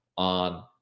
on